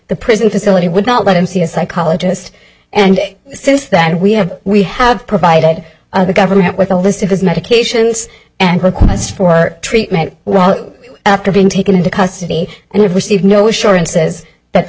the prison facility would not let him see a psychologist and since that we have we have provided the government with a list of his medications and as for our treatment well after being taken into custody and have received no sure and says that the